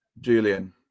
Julian